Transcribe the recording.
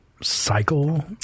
cycle